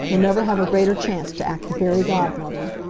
you'll never have a greater chance to act the fairy godmother.